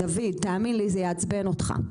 דוד, תאמין לי זה יעצבן אותך,